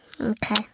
Okay